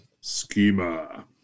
Schema